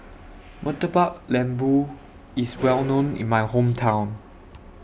Murtabak Lembu IS Well known in My Hometown